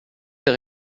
tes